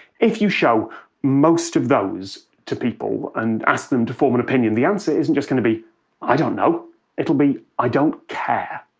if you show most of those to people and ask them to form an opinion, the answer isn't just going to be i don't know it'll be i don't care.